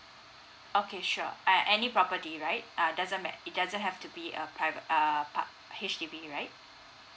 okay sure uh any property right uh doesn't matt~ it doesn't have to be uh prive~ err par~ H_D_B right